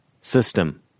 System